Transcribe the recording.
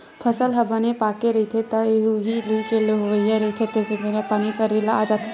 फसल ह बने पाकगे रहिथे, तह ल उही लूए के लइक होवइया रहिथे तेने बेरा म पानी, गरेरा आ जाथे